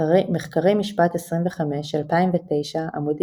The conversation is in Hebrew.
מחקרי משפט, 25, 2009, עמ'